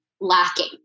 lacking